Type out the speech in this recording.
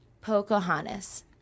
Pocahontas